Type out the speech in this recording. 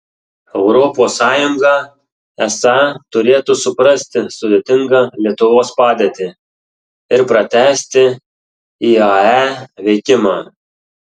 europos sąjunga esą turėtų suprasti sudėtingą lietuvos padėtį ir pratęsti iae veikimą